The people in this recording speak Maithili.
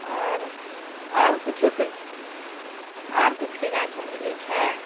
आओर आओर किछुके आओर किछुके गाछ आर मिलै छै